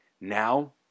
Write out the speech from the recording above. Now